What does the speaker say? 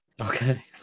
Okay